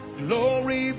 glory